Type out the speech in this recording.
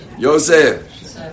Joseph